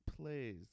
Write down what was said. plays